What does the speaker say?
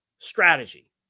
strategy